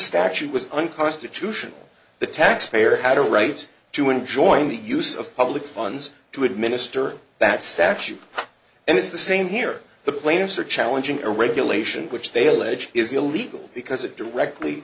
statute was unconstitutional the taxpayer had a right to enjoin the use of public funds to administer that statute and it's the same here the plaintiffs are challenging a regulation which they allege is illegal because it directly